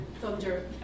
thunder